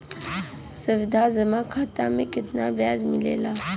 सावधि जमा खाता मे कितना ब्याज मिले ला?